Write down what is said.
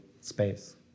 space